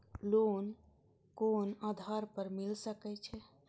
Loan कोन आधार पर मिल सके छे?